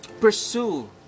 pursue